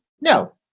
No